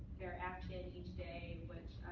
their activity each day, which